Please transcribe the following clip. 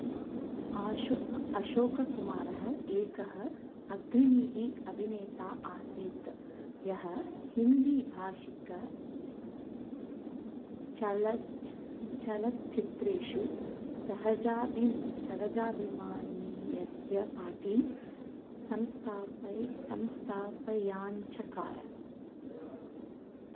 आशु अशोककुमारः एकः अग्रणीः अभिनेता आसीत् यः हिन्दीभाषिके चलच् चलच्चित्रेषु सहजाभि सहजाभिमानीयस्य पाटिं संस्थापय् संस्थापयाञ्चकार